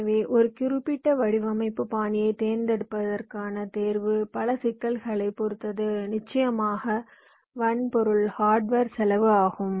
எனவே ஒரு குறிப்பிட்ட வடிவமைப்பு பாணியைத் தேர்ந்தெடுப்பதற்கான தேர்வு பல சிக்கல்களைப் பொறுத்ததுநிச்சயமாக வன்பொருள்செலவு ஆகும்